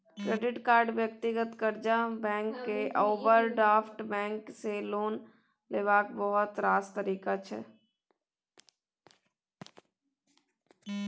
credit card, व्यक्तिगत कर्जा, bank केर ओवरड्राफ्ट बैंक सँ लोन लेबाक बहुत रास तरीका छै